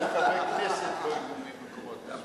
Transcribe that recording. גם חברי כנסת לא יוכלו להיות ממקומות מסוימים.